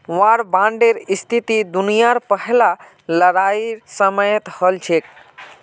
वार बांडेर स्थिति दुनियार पहला लड़ाईर समयेत हल छेक